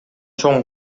чоң